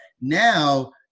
Now